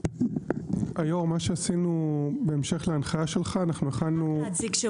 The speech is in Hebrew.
היו"ר, מה שעשינו בהמשך להנחיה שלך בדיון